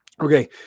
Okay